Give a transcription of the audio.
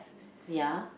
ya